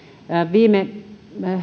viime